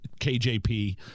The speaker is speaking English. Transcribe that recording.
KJP